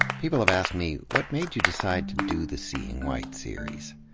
people have asked me, what made you decide to do the seeing white series?